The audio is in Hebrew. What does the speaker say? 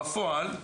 בפועל,